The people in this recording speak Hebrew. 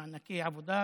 מענקי עבודה,